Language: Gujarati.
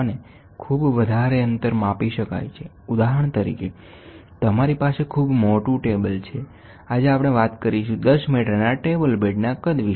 અને ખૂબ વધારે અંતર માપી શકાય છે ઉદાહરણ તરીકે તમારી પાસે ખૂબ મોટું ટેબલ છે આજે આપણેવાત કરીશું 10 મીટરના ટેબલ બેડના કદ વિશે